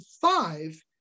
five